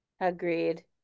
Agreed